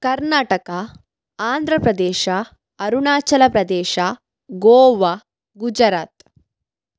Karnataka Andhra Pradesh Arunachal Pradesh Goa Gujarat